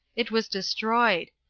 it was destroyed,